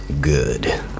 good